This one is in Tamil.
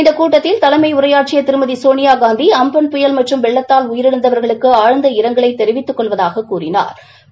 இந்த கூட்டத்தில் தலைமை உரையாற்றிய திருமதி சோனியாகாந்தி அம்பன் புயல் மற்றும் வெள்ளத்தால் உயிரிழந்தவா்களுக்கு ஆழ்ந்த இரங்கலை தெரிவித்துக் கொள்வதாகக் கூறினாா்